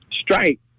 strike